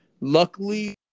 Luckily